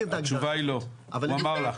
התשובה היא לא, הוא אמר לי.